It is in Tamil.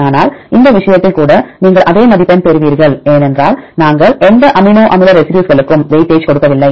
ஆனால் இந்த விஷயத்தில் கூட நீங்கள் அதே மதிப்பெண் பெறுவீர்கள் ஏனென்றால் நாங்கள் எந்த அமினோ அமில ரெசிடியூஸ்களுக்கும் வெயிட்டேஜ் கொடுக்கவில்லை